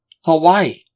Hawaii